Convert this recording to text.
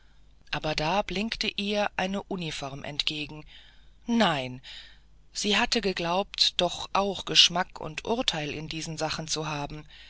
aber da blinkte ihr eine uniform entgegen nein sie hatte geglaubt doch auch geschmack und urteil in diesen sachen zu haben